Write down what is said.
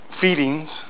feedings